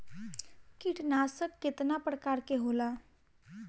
कीटनाशक केतना प्रकार के होला?